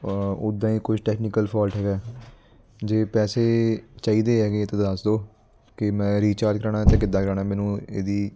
ਉੱਦਾਂ ਹੀ ਕੁਛ ਟੈਕਨੀਕਲ ਫੋਲਟ ਹੈਗਾ ਜੇ ਪੈਸੇ ਚਾਹੀਦੇ ਹੈਗੇ ਤਾਂ ਦੱਸ ਦਓ ਕਿ ਮੈਂ ਰੀਚਾਰਜ ਕਰਵਾਉਣਾ ਤਾਂ ਕਿੱਦਾਂ ਕਰਵਾਉਣਾ ਮੈਨੂੰ ਇਹਦੀ